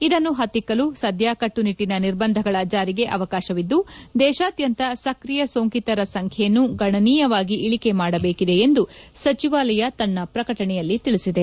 ಇದನ್ನು ಹತ್ತಿಕ್ಕಲು ಸದ್ಯ ಕಟ್ಟುನಿಟ್ಟಿನ ನಿರ್ಬಂಧಗಳ ಜಾರಿಗೆ ಅವಕಾಶವಿದ್ದು ದೇಶಾದ್ಯಂತ ಸಕ್ರಿಯ ಸೋಂಕಿತರ ಸಂಖ್ಯೆಯನ್ನು ಗಣನೀಯವಾಗಿ ಇಳಿಕೆ ಮಾಡಬೇಕಿದೆ ಎಂದು ಸಚಿವಾಲಯ ತನ್ನ ಪ್ರಕಟಣೆಯಲ್ಲಿ ತಿಳಿಸಿದೆ